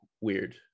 weird